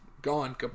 gone